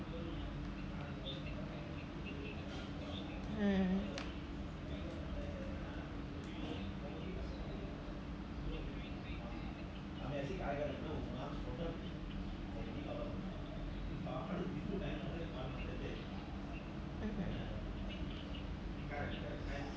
mm mmhmm